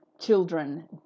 children